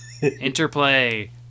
Interplay